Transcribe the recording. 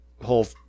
whole